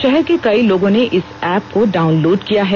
शहर के कई लोगों ने इस एप्प को डाउनलोड किया है